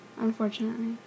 unfortunately